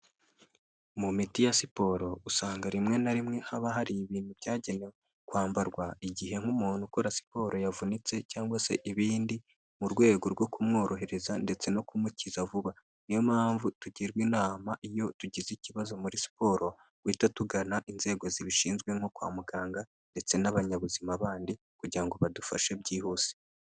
Mu miti ya siporo usanga rimwe na rimwe haba hari ibintu byagenewe kwambarwa igihe nk'umuntu ukora siporo yavunitse cyangwa se ibindi mu rwego rwo kumworohereza ndetse no kumukiza vuba, niyo mpamvu tugirwa inama iyo tugize ikibazo muri siporo guhita tugana inzego zibishinzwe nko kwa muganga ndetse n'abanyabuzima bandi kugira ngo badufashe byihuse.